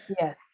Yes